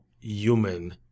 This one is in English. human